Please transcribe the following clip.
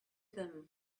them